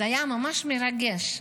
זה היה ממש מרגש.